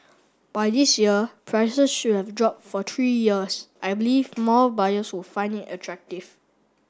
by this year prices should have dropped for three years I believe more buyers will find it attractive